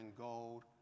gold